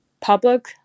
public